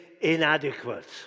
inadequate